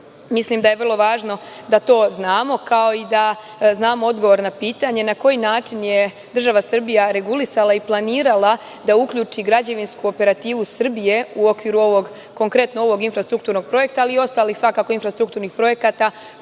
da je vrlo važno da to znamo kao i da znamo odgovor na pitanje – na koji način je država Srbija regulisala i planirala da uključi građevinsku operativu Srbije u okviru konkretno ovog infrastrukturnog projekta, ali i ostalih svakako infrastrukturnih projekata